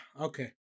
okay